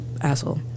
asshole